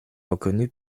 reconnu